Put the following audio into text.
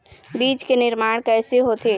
बीज के निर्माण कैसे होथे?